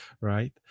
right